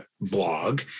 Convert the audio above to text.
blog